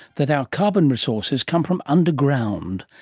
that our carbon resources come from underground,